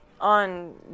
on